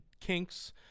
kinks